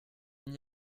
n’y